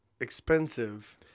expensive